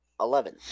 Eleven